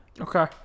Okay